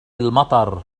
المطر